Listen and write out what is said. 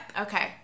okay